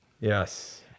Yes